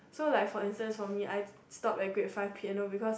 so like for instance for me I stopped at grade five piano because